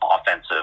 offensive